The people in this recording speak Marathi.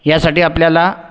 यासाठी आपल्याला